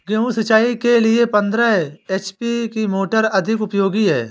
गेहूँ सिंचाई के लिए पंद्रह एच.पी की मोटर अधिक उपयोगी है?